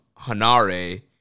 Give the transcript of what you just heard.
Hanare